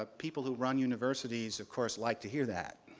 ah people who run universities, of course, like to hear that,